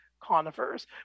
conifers